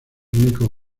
único